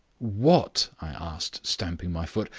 what, i asked, stamping my foot,